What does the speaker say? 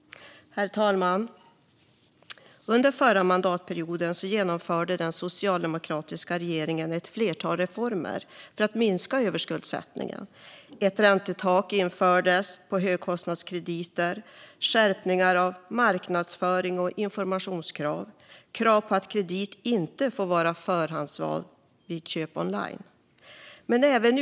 Herr talman! Under förra mandatperioden genomförde den socialdemokratiska regeringen ett flertal reformer för att minska överskuldsättningen. Ett räntetak infördes på högkostnadskrediter, och marknadsförings och informationskrav skärptes. Det infördes krav på att kredit inte får vara förhandsvalt vid köp online.